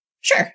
Sure